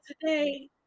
today